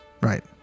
Right